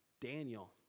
Daniel